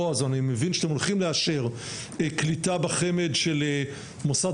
בעז אני מבין שאתם הולכים לאשר קליטה בחמ"ד של מוסד